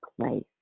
place